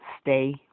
Stay